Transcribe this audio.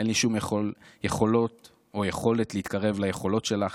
אין לי שום יכולות או יכולת להתקרב ליכולות שלך.